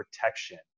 protection